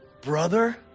Brother